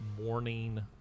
morning